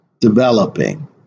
developing